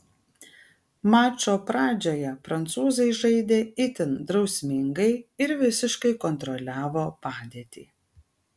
mačo pradžioje prancūzai žaidė itin drausmingai ir visiškai kontroliavo padėtį